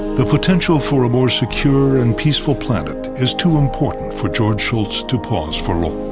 the potential for a more secure and peaceful planet is too important for george shultz to pause for long.